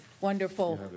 Wonderful